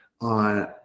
on